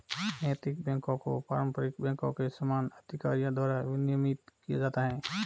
नैतिक बैकों को पारंपरिक बैंकों के समान अधिकारियों द्वारा विनियमित किया जाता है